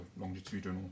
longitudinal